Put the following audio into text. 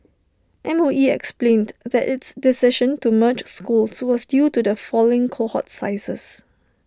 M O E explained that its decision to merge schools so was due to the falling cohort sizes